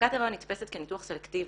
הפסקת היריון נתפסת כניתוח סלקטיבי,